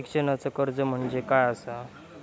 शिक्षणाचा कर्ज म्हणजे काय असा?